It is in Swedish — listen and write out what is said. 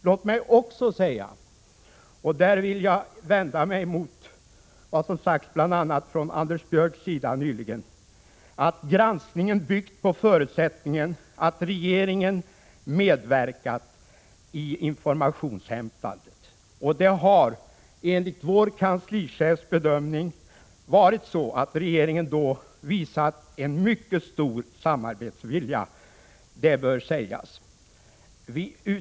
Låt mig också säga — och där vill jag vända mig mot vad som sagts nyligen, bl.a. från Anders Björcks sida — att granskningen byggt på förutsättningen att regeringen medverkat i informationsinhämtandet. Regeringen har, enligt vår kanslichefs bedömning, visat en mycket stor samarbetsvilja. Detta bör sägas.